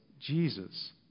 Jesus